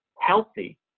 healthy